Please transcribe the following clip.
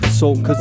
Cause